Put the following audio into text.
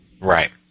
Right